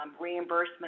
reimbursement